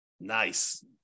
Nice